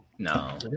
No